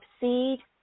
seed